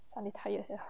suddenly tired sia